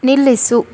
ನಿಲ್ಲಿಸು